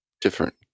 different